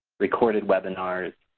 recorded webinars,